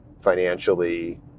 financially